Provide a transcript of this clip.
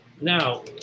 now